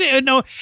No